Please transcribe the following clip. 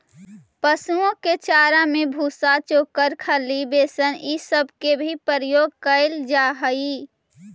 पशुओं के चारा में भूसा, चोकर, खली, बेसन ई सब के भी प्रयोग कयल जा हई